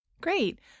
Great